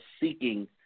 seeking